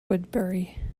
woodbury